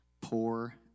poor